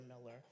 Miller